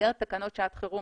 במסגרת תקנות שעת חירום